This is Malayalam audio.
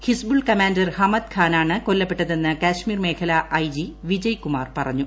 ഹിസ്ബുൾ കമാൻഡർ ഹമ്മദ് ഖാനാണ് കൊല്ലപ്പെട്ടതെന്ന് കശ്മീർ മേഖലാ ഐ ജി വിജയ്കുമാർ പറഞ്ഞു